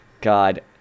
God